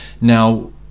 Now